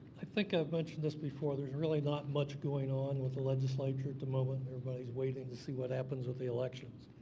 i think i've mentioned this before. there's really not much going on with the legislature at the moment. everybody but is waiting to see what happens with the elections,